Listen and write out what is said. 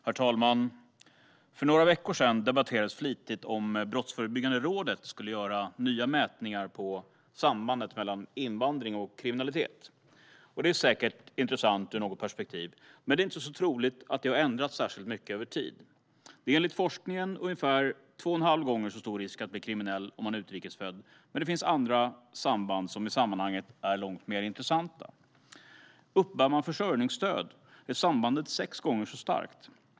Herr talman! För några veckor sedan debatterades det flitigt om Brottsförebyggande rådet skulle göra nya mätningar av sambandet mellan invandring och kriminalitet. Det är säkert intressant, men det är inte så troligt att det har ändrats särskilt mycket över tid. Enligt forskningen är det ungefär två och en halv gånger så stor risk att blir kriminell om man är utrikes född. Men det finns andra samband som är långt mer intressanta. Om man uppbär försörjningsstöd är sambandet sex gånger så starkt.